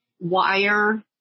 wire